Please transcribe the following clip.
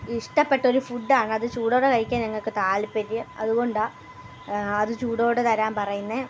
ഇഷ്ടപ്പെട്ട ഒരു ഫുഡ് ആണ് അത് ചൂടോടെ കഴിക്കാൻ ഞങ്ങൾക്ക് താൽപ്പര്യം അതുകൊണ്ടാണ് അത് ചൂടോടെ തരാൻ പറയുന്നത്